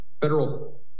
federal